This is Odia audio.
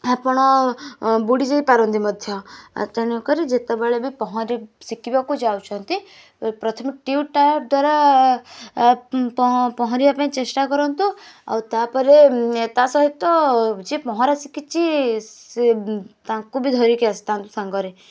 ଆପଣ ବୁଡ଼ି ଯାଇପାରନ୍ତି ମଧ୍ୟ ତେଣୁ କରି ଯେତେବେଳେ ବି ପହଁରି ଶିଖିବାକୁ ଯାଉଛନ୍ତି ପ୍ରଥମେ ଟ୍ୟୁ ଟାୟାର୍ ଦ୍ୱାରା ପହଁରିବାପାଇଁ ଚେଷ୍ଟା କରନ୍ତୁ ଆଉ ତା'ପରେ ତା ସହିତ ଯିଏ ପହଁରା ଶିଖିଛି ତାଙ୍କୁ ବି ଧରିକି ଆସିଥାନ୍ତୁ ସାଙ୍ଗରେ